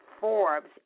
Forbes